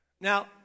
Now